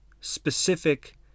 specific